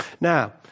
Now